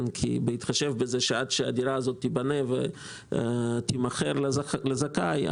בהתחשב בזה שעד שהדירה הזו תיבנה ותימכר לזכאי,